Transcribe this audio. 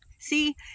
See